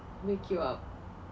wake you up